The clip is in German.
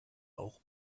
auch